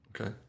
Okay